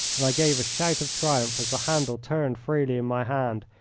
and i gave a shout of triumph as the handle turned freely in my hand,